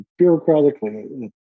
bureaucratically